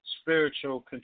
spiritual